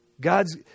God's